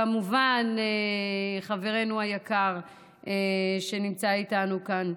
כמובן חברנו היקר שנמצא איתנו כאן,